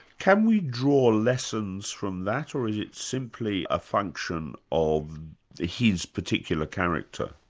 can we draw lessons from that or is it simply a function of his particular character?